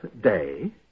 day